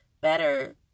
better